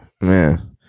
Man